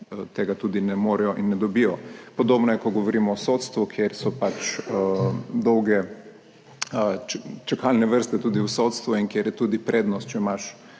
tega tudi ne morejo in ne dobijo. Podobno je, ko govorimo o sodstvu, kjer so pač dolge čakalne vrste, tudi v sodstvu in kjer je tudi prednost, če imaš